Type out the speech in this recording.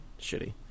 shitty